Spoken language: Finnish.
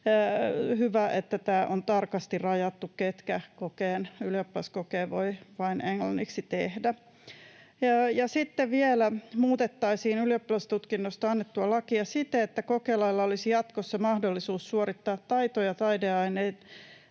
hyvä, että on tarkasti rajattu, ketkä ylioppilaskokeen voivat vain englanniksi tehdä. Ja sitten vielä muutettaisiin ylioppilastutkinnosta annettua lakia siten, että kokelailla olisi jatkossa mahdollisuus suorittaa taito- ja taideaineissa